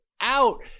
out